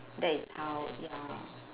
that is how ya